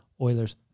Oilers